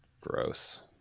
Gross